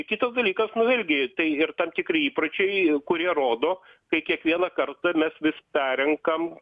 kitas dalykas nu vėlgi tai ir tam tikri įpročiai kurie rodo kai kiekvieną kartą mes vis perrenkam